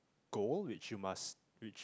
goal which you must which you